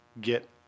get